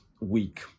week